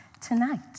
tonight